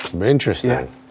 Interesting